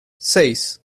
seis